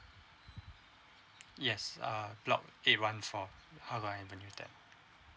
yes uh block eight one four hougang avenue ten